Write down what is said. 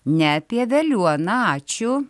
ne apie veliuoną ačiū